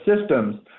systems